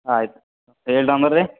ಆಯ್ತು